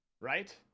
right